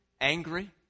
angry